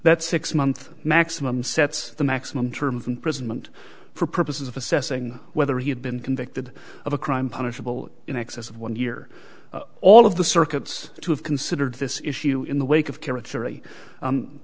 that six month maximum sets the maximum term of imprisonment for purposes of assessing whether he had been convicted of a crime punishable in excess of one year all of the circuits to have considered this issue in the wake of carrot